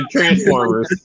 Transformers